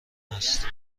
است